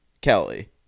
Kelly